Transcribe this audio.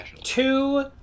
Two